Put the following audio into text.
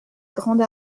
grande